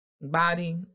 body